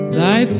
thy